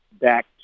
back